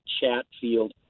Chatfield